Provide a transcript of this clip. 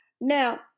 Now